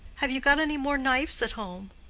have you got any more knives at home?